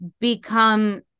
become